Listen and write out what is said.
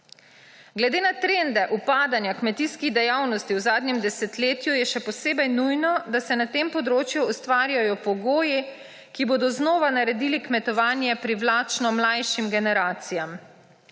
Glede na trende upadanja kmetijskih dejavnosti v zadnjem desetletju je še posebej nujno, da se na tem področju ustvarjajo pogoji, ki bodo znova naredili kmetovanje privlačno mlajšim generacijam.